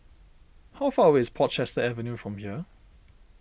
how far away is Portchester Avenue from here